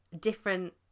different